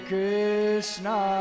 Krishna